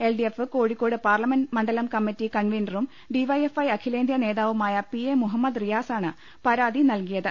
L D F Kozhikode parliament മണ്ഡലം committee കൺവീ നറും ഡിവൈഎഫ്ഐ അഖിലേന്ത്യാ നേതാവുമായ പ്രി എ മുഹ മ്മദ് റിയാസ് ആണ് പരാതി നൽകിയത്